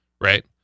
Right